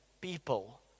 people